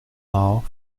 law